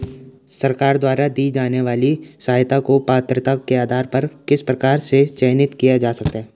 सरकार द्वारा दी जाने वाली सहायता को पात्रता के आधार पर किस प्रकार से चयनित किया जा सकता है?